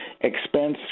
expense